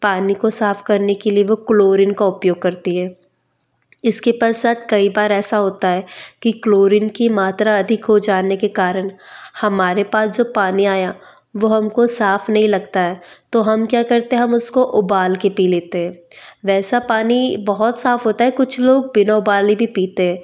पानी को साफ़ करने के लिए वह क्लोरीन का उपयोग करती हैं इसके पश्चात कई बार ऐसा होता है कि क्लोरीन की मात्रा अधिक हो जाने के कारण हमारे पास जो पानी आया वह हमको साफ़ नहीं लगता है तो हम क्या करते हैं हम उसको उबाल के पी लेते हैं वैसा पानी बहुत साफ़ होता है कुछ लोग बिना उबाले भी पीते हैं